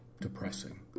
depressing